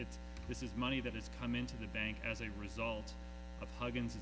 this is money that has come into the bank as a result of huggin